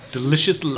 delicious